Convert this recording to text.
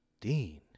Dean